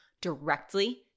directly